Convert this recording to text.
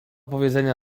powiedzenia